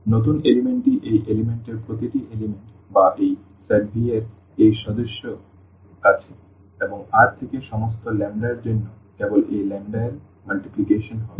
নতুন উপাদানটি এই উপাদান এর প্রতিটি উপাদান বা এই সেট V এর এই সদস্যের কাছে এবং R থেকে সমস্ত ল্যাম্বডা এর জন্য কেবল এই ল্যাম্বডা এর গুণ হবে